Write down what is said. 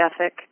ethic